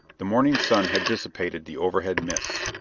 the morning sun had dissipated the overhead mists.